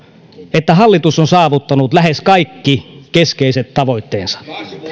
että hallitus on saavuttanut lähes kaikki keskeiset tavoitteensa